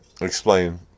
explain